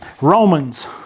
romans